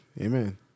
Amen